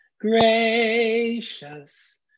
Gracious